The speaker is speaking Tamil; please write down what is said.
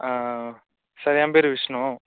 ஆ சார் என் பெயர் விஷ்ணு